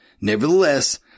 nevertheless